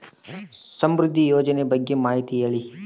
ಸಮೃದ್ಧಿ ಯೋಜನೆ ಬಗ್ಗೆ ಮಾಹಿತಿ ಹೇಳಿ?